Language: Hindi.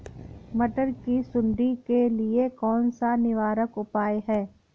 मटर की सुंडी के लिए कौन सा निवारक उपाय है?